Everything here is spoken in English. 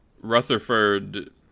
Rutherford